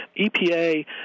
EPA